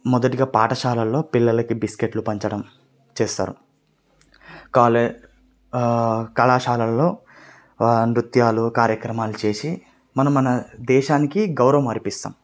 మొదటిగా పాఠశాలల్లో పిల్లలకి బిస్కెట్లు పంచడం చేస్తారు కాలే కళాశాలల్లో నృత్యాలు కార్యక్రమాలు చేసి మనం మన దేశానికి గౌరవం అర్పిస్తాము